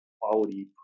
quality